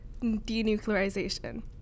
denuclearization